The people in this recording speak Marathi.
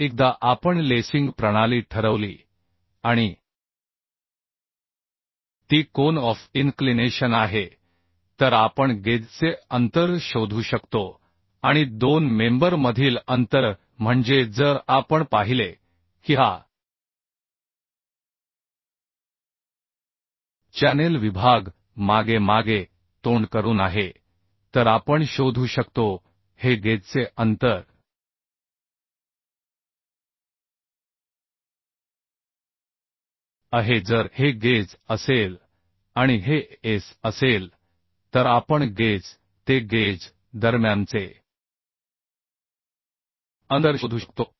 मग एकदा आपण लेसिंग प्रणाली ठरवली आणि ती कोन ऑफ इनक्लिनेशन आहे तर आपण गेजचे अंतर शोधू शकतो आणि दोन मेंबर मधील अंतर म्हणजे जर आपण पाहिले की हा चॅनेल विभाग मागे मागे तोंड करून आहे तर आपण शोधू शकतो हे गेजचे अंतर आहे जर हे गेज असेल आणि हे एस असेल तर आपण गेज ते गेज दरम्यानचे अंतर शोधू शकतो